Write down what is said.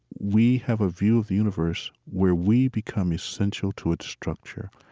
we have a view of the universe where we become essential to its structure.